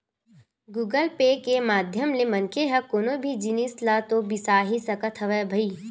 Google pay के माधियम ले मनखे ह कोनो भी जिनिस ल तो बिसा ही सकत हवय भई